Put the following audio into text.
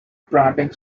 branding